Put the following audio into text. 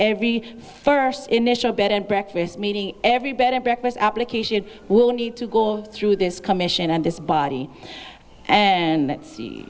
every first initial bed and breakfast meeting every bed and breakfast application will need to go through this commission and this body and